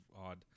odd